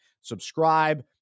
subscribe